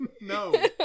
No